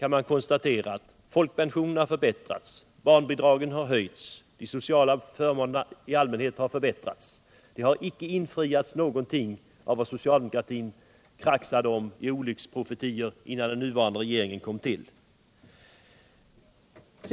Man kan konstatera vad som har skett: folkpensionerna har förbättrats, barnbidragen har höjts och de sociala förmånerna i allmänhet har förbättrats. Icke någon av de olycksprofetior som socialdemokratin kraxade fram innan den borgerliga regeringen kom till har infriats.